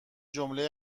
جمله